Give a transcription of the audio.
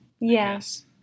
Yes